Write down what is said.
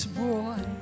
boy